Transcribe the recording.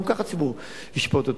גם כך הציבור ישפוט אותו.